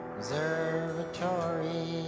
Observatory